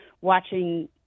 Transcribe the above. watching